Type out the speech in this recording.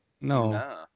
No